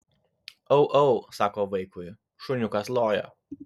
au au sako vaikui šuniukas loja